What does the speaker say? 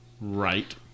Right